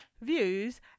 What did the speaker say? Views